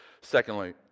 Secondly